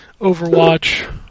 Overwatch